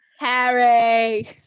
Harry